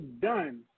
done